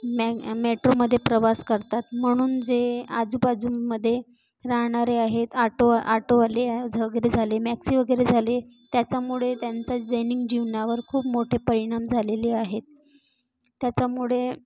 मे मेट्रोमध्ये प्रवास करतात म्हणून जे आजूबाजूमध्ये राहणारे आहेत आटो आटोवाले आहे झाले मॅक्सि वगैरे झाले त्याचामुळे त्यांचा दैनिन जीवनावर खूप मोठे परिणाम झालेले आहेत त्याचामुळे